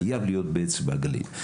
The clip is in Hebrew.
חייב להיות באצבע הגליל.